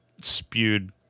spewed